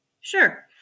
Sure